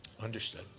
Understood